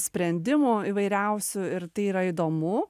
sprendimų įvairiausių ir tai yra įdomu